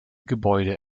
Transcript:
gebäude